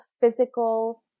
physical